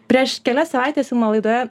prieš kelias savaites vilma laidoje